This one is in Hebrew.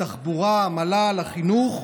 התחבורה, המל"ל, החינוך,